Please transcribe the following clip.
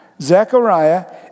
Zechariah